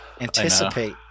anticipate